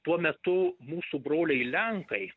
tuo metu mūsų broliai lenkai